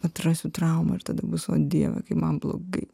atrasiu traumų ir tada bus o dieve kaip man blogai